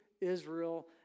Israel